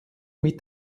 mit